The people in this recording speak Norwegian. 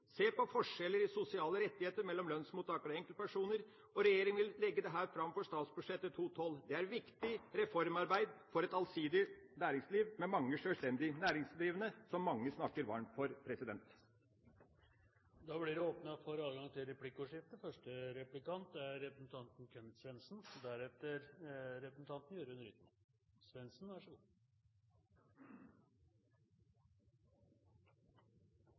se på forskjeller i sosiale rettigheter mellom lønnsmottakere og enkeltpersoner. Regjeringa vil legge dette fram i statsbudsjettet for 2012. Det er viktig reformarbeid for et allsidig næringsliv med mange sjølstendige næringsdrivende, som mange snakker varmt for. Det blir åpnet for replikkordskifte. Min påstand er at de regjeringene som Senterpartiet har sittet i, har svekket Distrikts-Norge år for år. De har foreslått mer penger til